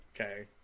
Okay